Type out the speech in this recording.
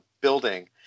building